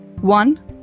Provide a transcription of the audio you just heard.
one